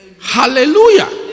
Hallelujah